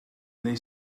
neu